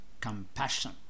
compassion